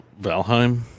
Valheim